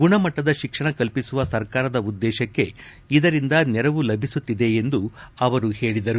ಗುಣಮಟ್ಟದ ತಿಕ್ಷಣ ಕಲ್ಪಿಸುವ ಸರ್ಕಾರದ ಉದ್ದೇಶಕ್ಕೆ ಇದರಿಂದ ನೆರವು ಲಭಿಸುತ್ತಿದೆ ಎಂದು ಅವರು ಹೇಳಿದರು